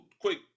quick